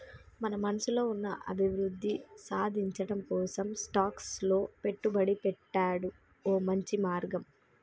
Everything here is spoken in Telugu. మన మనసులో ఉన్న అభివృద్ధి సాధించటం కోసం స్టాక్స్ లో పెట్టుబడి పెట్టాడు ఓ మంచి మార్గం